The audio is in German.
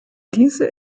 diese